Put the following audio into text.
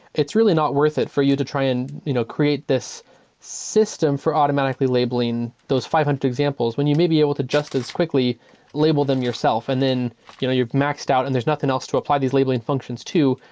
it's really not worth it for you to try and you know create this system for automatically labeling those five hundred examples when you may be able to just as quickly label them yourself and then you know you've maxed out and there's nothing else to apply these labeling functions to.